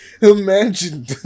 Imagine